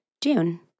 June